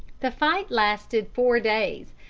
the fight lasted four days,